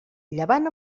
llevant